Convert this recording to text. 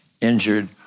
injured